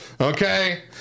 Okay